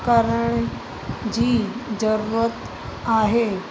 करण जी ज़रूरत आहे